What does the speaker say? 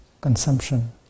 consumption